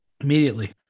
immediately